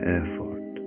effort